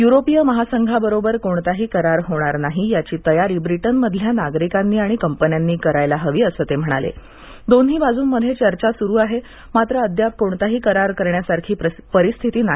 युरोपीय महासंघाबरोबर कोणताही करार होणार नाही याची तयारी ब्रिटनमधल्या नागरिकांनी आणि कंपन्यांनी करायला हवी असं तक्किणाला द्वीन्ही बाजूंमध्यविर्वा सुरू आहा जात्र अद्याप कोणताही करार करण्यासारखी परिस्थिती नाही